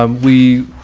um we,